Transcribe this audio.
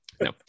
No